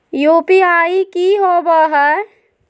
UPI की होवे हय?